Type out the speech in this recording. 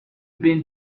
been